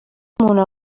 umuntu